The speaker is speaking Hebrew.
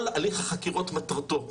כל הליך החקירות מטרתו איום,